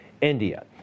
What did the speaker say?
India